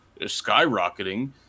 skyrocketing